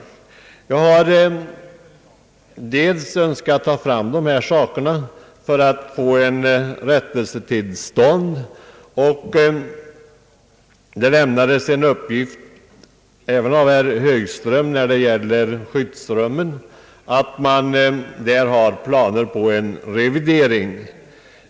Jag har önskat påtala dessa förhållanden för att få en rättelse till stånd. Herr Högström lämnade även en uppgift om skyddsrummen, nämligen att man där har planer för revidering.